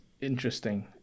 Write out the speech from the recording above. interesting